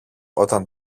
όταν